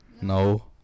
No